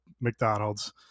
mcdonald's